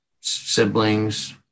siblings